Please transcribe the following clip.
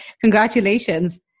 congratulations